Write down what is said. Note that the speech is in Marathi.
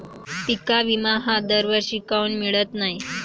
पिका विमा हा दरवर्षी काऊन मिळत न्हाई?